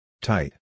Tight